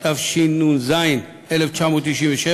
התשנ"ז 1997,